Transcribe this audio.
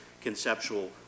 conceptual